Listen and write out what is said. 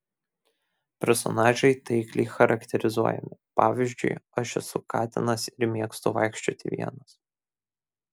personažai taikliai charakterizuojami pavyzdžiui aš esu katinas ir mėgstu vaikščioti vienas